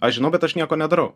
aš žinau bet aš nieko nedarau